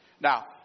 Now